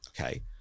Okay